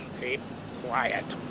keep quiet.